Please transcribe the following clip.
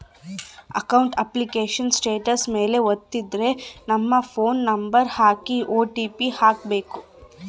account application status ಮೇಲೆ ವತ್ತಿದ್ರೆ ನಮ್ ಫೋನ್ ನಂಬರ್ ಹಾಕಿ ಓ.ಟಿ.ಪಿ ಹಾಕ್ಬೆಕು